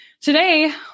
Today